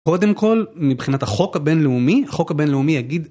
קודם כל מבחינת החוק הבינלאומי, החוק הבינלאומי יגיד.